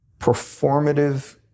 performative